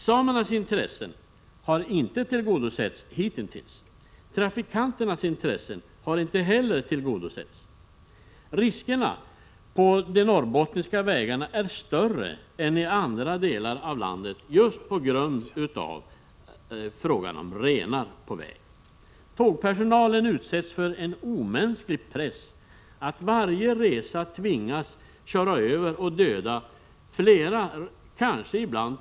Samernas intressen har hittills inte tillgodosetts. Trafikanternas intressen har inte heller tillgodosetts. Riskerna på de norrbottniska vägarna är större än i andra delar av landet, just på grund av renar på vägarna. Tågpersonalen utsätts för en omänsklig press, — Prot. 1986/87:78 att varje resa tvingas köra över och döda flera, kanske tiotals renar.